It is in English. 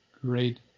great